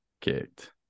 kicked